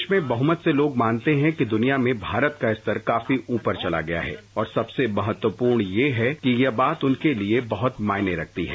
देश में बहुमत से लोग मानते हैं कि दुनिया में भारत का स्तर काफी ऊपर चला गया है और सबसे महत्वपूर्ण ये है कि यह बात उनके लिए बहुत मायने रखती है